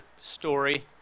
story